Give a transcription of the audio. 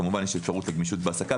כמובן, יש אפשרות לגמישות בהעסקה.